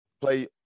play